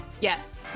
Yes